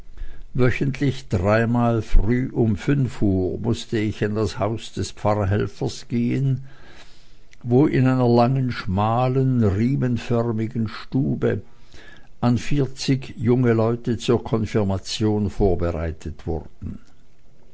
wöchentlich dreimal früh um fünf uhr mußte ich in das haus des pfarrhelfers gehen wo in einer langen schmalen riemenförmigen stube an vierzig junge leute zur konfirmation vorbereitet wurden